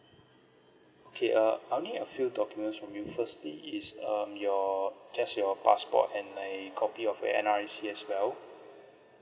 okay uh I'll need a few documents from you firstly is um your just your passport and a copy of your N_R_I_C as well